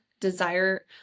desire